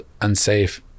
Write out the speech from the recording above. unsafe